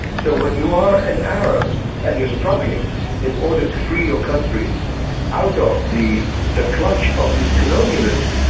so when you are an arab and you're struggling in order to free your countries out of the the clutch of these colonialists,